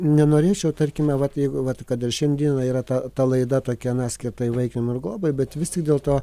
nenorėčiau tarkime vat jeigu vat kad ir šiandieną yra ta ta laida tokia na skirta įvaikinimui ir globai bet vis tik dėlto